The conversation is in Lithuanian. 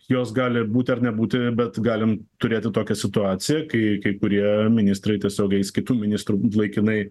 jos gali būti ar nebūti bet galim turėti tokią situaciją kai kai kurie ministrai tiesiogiai eis kitų ministrų laikinai